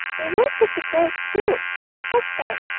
they were pretty girls too, most of them,